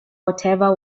whatever